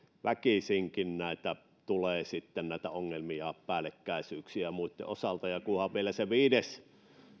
väkisinkin tulee sitten näitä ongelmia päällekkäisyyksiä muitten osalta ja kunhan vielä tulee se viides